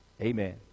Amen